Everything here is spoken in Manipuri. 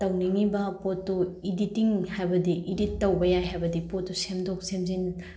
ꯇꯧꯅꯤꯡꯂꯤꯕ ꯄꯣꯠꯇꯨ ꯏꯗꯤꯇꯤꯡ ꯍꯥꯏꯕꯗꯤ ꯏꯗꯤꯠ ꯇꯧꯕ ꯌꯥꯏ ꯍꯥꯏꯕꯗꯤ ꯄꯣꯠꯇꯨ ꯁꯦꯝꯗꯣꯛ ꯁꯦꯝꯖꯤꯟ